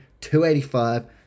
285